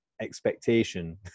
expectation